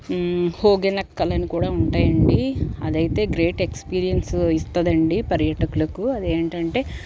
హొగెనెక్కల్ అని కూడా ఉంటాయండీ అది అయితే గ్రేట్ ఎక్స్పిరియన్సు ఇస్తుందండీ పర్యాటకులకు అదేంటంటే